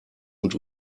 und